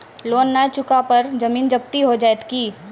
Loan न चुका पर जमीन जब्ती हो जैत की?